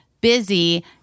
busy